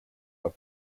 are